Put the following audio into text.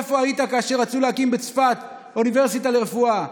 איפה היית כאשר ביקשו להקים בצפת אוניברסיטה לרפואה?